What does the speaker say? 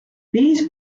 these